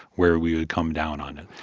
where we would come down on it.